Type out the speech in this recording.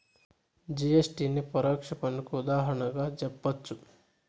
GST నే పరోక్ష పన్నుకు ఉదాహరణగా జెప్పచ్చు